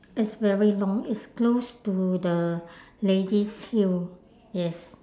it's very long it's close to the lady's heel yes